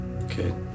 Okay